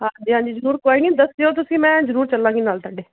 ਹਾਂਜੀ ਹਾਂਜੀ ਜ਼ਰੂਰ ਕੋਈ ਨਹੀਂ ਦੱਸਿਓ ਤੁਸੀਂ ਮੈਂ ਜ਼ਰੂਰ ਚੱਲਾਂਗੀ ਨਾਲ ਤੁਹਾਡੇ